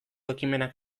ekimenak